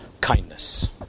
kindness